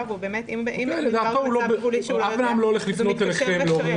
אף אחד לא הולך לפנות אליכם ולהפנות